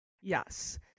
Yes